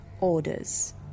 orders